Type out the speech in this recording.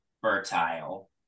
fertile